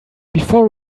before